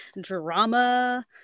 drama